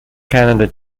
canada